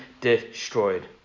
destroyed